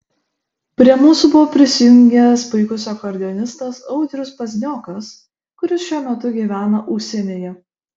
prie mūsų buvo prisijungęs puikus akordeonistas audrius pazniokas kuris šiuo metu gyvena užsienyje